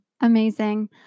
Amazing